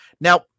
Now